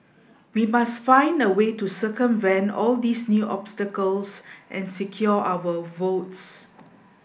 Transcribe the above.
we must find a way to circumvent all these new obstacles and secure our votes